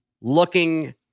looking